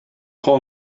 call